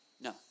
no